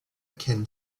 akin